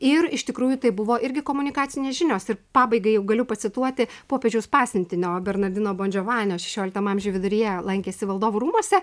ir iš tikrųjų tai buvo irgi komunikacinės žinios pabaigai jau galiu pacituoti popiežiaus pasiuntinio bernardino bondžiovanio šešiolikto amžiaus viduryje lankėsi valdovų rūmuose